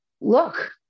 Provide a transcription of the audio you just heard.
look